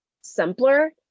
simpler